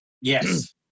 yes